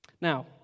Now